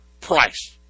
price